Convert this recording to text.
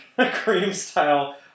cream-style